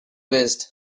waste